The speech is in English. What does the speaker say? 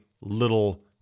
little